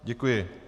Děkuji.